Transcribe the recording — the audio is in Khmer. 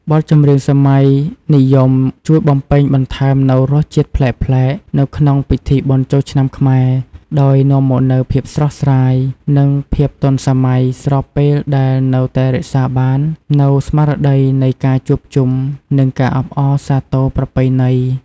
បទចម្រៀងសម័យនិយមជួយបំពេញបន្ថែមនូវរសជាតិប្លែកៗនៅក្នុងពិធីបុណ្យចូលឆ្នាំខ្មែរ ដោយនាំមកនូវភាពស្រស់ស្រាយ និងភាពទាន់សម័យ ស្របពេលដែលនៅតែរក្សាបាននូវស្មារតីនៃការជួបជុំ និងការអបអរសាទរប្រពៃណី។